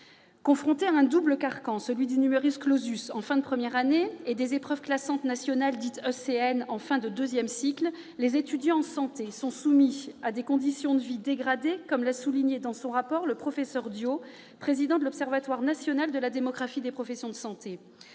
Confrontés à un double carcan- le en fin de première année et les épreuves classantes nationales, ou ECN, en fin de deuxième cycle -les étudiants en santé sont soumis à des conditions de vie dégradées, comme l'a souligné dans son rapport le professeur Diot, président de l'Observatoire national de la démographie des professions de santé.